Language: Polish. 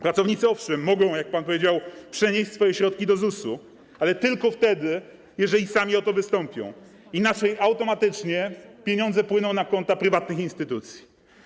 Pracownicy, owszem, mogą, jak pan powiedział, przenieść swoje środki do ZUS-u, ale tylko wtedy, jeżeli sami o to wystąpią, inaczej automatycznie pieniądze płyną na konta prywatnych instytucji.